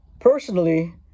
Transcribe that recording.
Personally